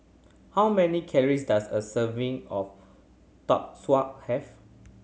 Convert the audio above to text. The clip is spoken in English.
how many calories does a serving of Tonkatsu have